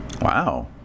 Wow